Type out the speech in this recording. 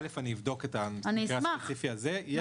אבדוק את המקרה הספציפי הזה.